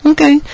Okay